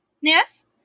Yes